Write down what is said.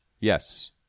Yes